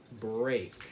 break